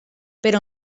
però